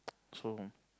so